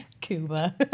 Cuba